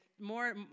more